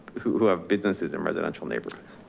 who have businesses and residential neighbors.